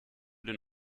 den